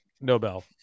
Nobel